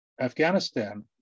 Afghanistan